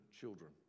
children